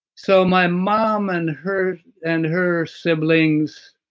so my mom and her and her siblings.